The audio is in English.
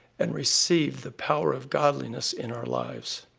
and receive the power of godliness in our lives.